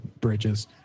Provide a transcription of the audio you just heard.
bridges